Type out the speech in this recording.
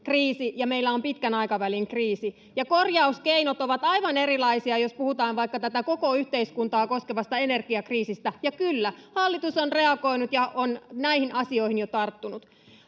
ja meillä on pitkän aikavälin kriisi, ja korjauskeinot ovat aivan erilaisia, jos puhutaan vaikka tätä koko yhteiskuntaa koskevasta energiakriisistä. Ja kyllä, hallitus on reagoinut ja on näihin asioihin jo tarttunut.